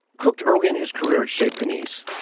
cooked early in his career at chez panisse.